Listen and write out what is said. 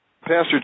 Pastor